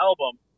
album